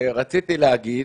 רציתי להגיד